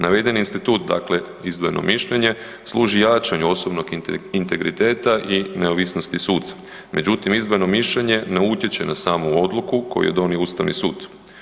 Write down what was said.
Naveden je institut dakle izdvojeno mišljenje služi jačanju osobnog integriteta i neovisnosti suca, međutim izdvojeno mišljenje ne utječe na samu odluku koju je donio Ustavni sud.